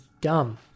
dumb